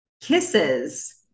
kisses